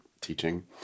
teaching